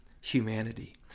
humanity